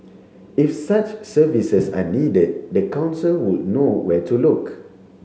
if such services are needed the council would know where to look